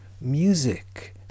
music